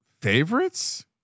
favorites